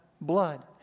blood